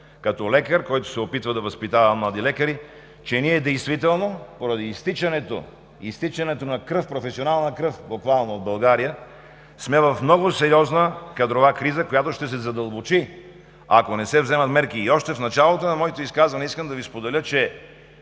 като лекар, който се опитва да възпитава млади лекари, че ние действително, поради буквалното изтичане на професионална кръв от България, сме в много сериозна кадрова криза, която ще се задълбочи, ако не се вземат мерки. Още в началото на моето изказване искам да споделя, че